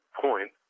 point